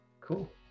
cool